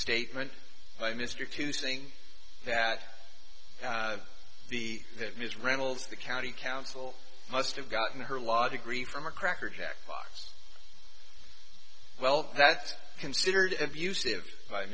statement by mr two saying that the that ms reynolds the county council must have gotten her law degree from a cracker jack box well that's considered abusive by